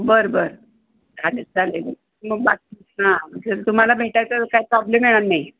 बरं बरं चालेल चालेल मग बाकी हां जर तुम्हाला भेटायचं तर काय प्रॉब्लेम येणार नाही